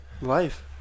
Life